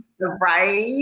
Right